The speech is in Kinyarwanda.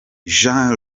juan